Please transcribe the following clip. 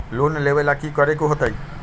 Loan लेवेला की करेके होतई?